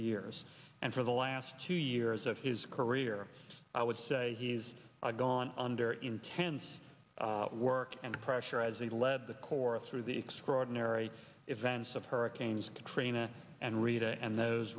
years and for the last two years of his career i would say he's gone under intense work and pressure as we lead the chorus through the extraordinary events of hurricanes katrina and rita and those